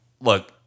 look